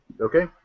Okay